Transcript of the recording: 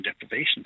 deprivation